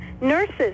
Nurses